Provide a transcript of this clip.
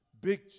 big